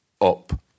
up